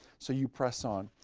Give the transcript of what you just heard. so, you press on.